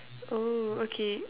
oh okay uh